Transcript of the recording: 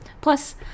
Plus